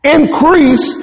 Increase